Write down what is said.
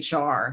HR